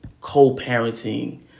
co-parenting